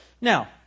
Now